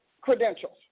credentials